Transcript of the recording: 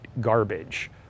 garbage